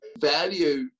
value